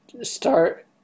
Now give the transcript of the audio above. start